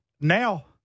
Now